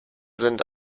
sind